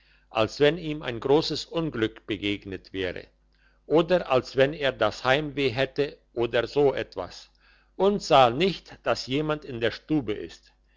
als wenn ihm ein gross unglück begegnet wäre oder als wenn er das heimweh hätte oder so etwas und sah nicht dass jemand in der stube ist